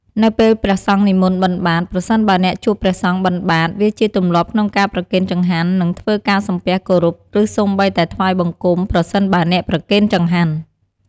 នៅពេលព្រះសង្ឃនិមន្តបិណ្ឌបាត្រ ប្រសិនបើអ្នកជួបព្រះសង្ឃបិណ្ឌបាត្រ វាជាទម្លាប់ក្នុងការប្រគេនចង្ហាន់ និងធ្វើការ សំពះ គោរព ឬសូម្បីតែ ថ្វាយបង្គំ ប្រសិនបើអ្នកប្រគេនចង្ហាន់។